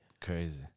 Crazy